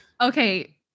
Okay